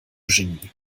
genie